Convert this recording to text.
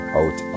out